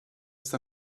ist